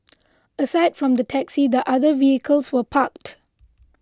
aside from the taxi the other vehicles were parked